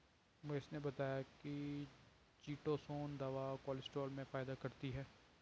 उमेश ने बताया कि चीटोसोंन दवा कोलेस्ट्रॉल में फायदा करती है